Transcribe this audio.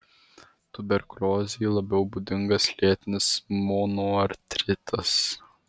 tuberkuliozei labiau būdingas lėtinis monoartritas